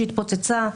שהתפוצצה,